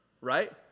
right